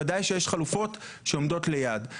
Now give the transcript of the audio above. בוודאי שיש חלופות שעומדות ליד.